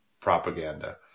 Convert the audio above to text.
propaganda